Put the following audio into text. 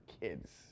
kids